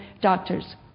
doctors